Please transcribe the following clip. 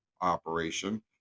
operation